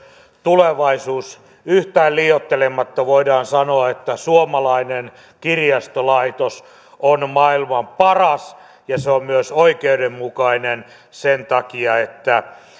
tulevaisuus yhtään liioittelematta voidaan sanoa että suomalainen kirjastolaitos on maailman paras ja se on myös oikeudenmukainen sen takia että